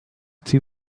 two